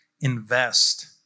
invest